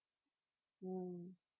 mm